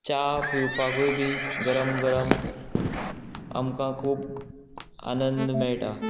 च्या पिवपाकूय बी गरम गरम आमकां खूब आनंद मेळटा